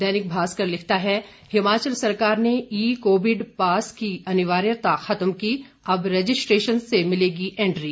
दैनिक भास्कर लिखता है हिमाचल सरकार ने ई कोविड पास की अनिवार्यता खत्म की अब रजिस्ट्रेशन से मिलेगी एंट्री